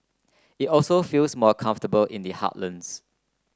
it also feels more comfortable in the heartlands